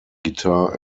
guitar